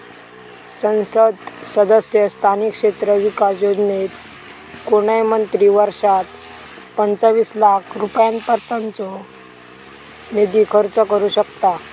संसद सदस्य स्थानिक क्षेत्र विकास योजनेत कोणय मंत्री वर्षात पंचवीस लाख रुपयांपर्यंतचो निधी खर्च करू शकतां